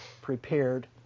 prepared